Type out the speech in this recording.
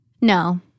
No